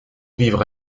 vivre